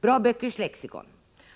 Bra Böckers Lexikon,